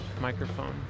microphone